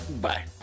Bye